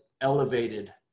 elevated